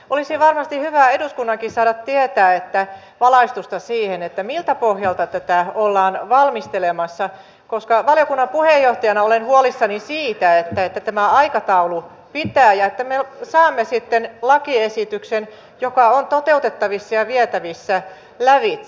olisi varmasti hyvä eduskunnankin saada tietää valaistusta siihen miltä pohjalta tätä ollaan valmistelemassa koska valiokunnan puheenjohtajana olen huolissani siitä pitääkö tämä aikataulu että me saamme sitten lakiesityksen joka on toteutettavissa ja vietävissä lävitse